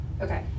Okay